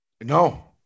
No